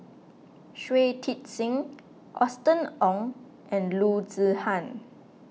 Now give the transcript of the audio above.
Shui Tit Sing Austen Ong and Loo Zihan